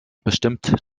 bestimmt